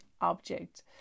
object